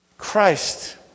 Christ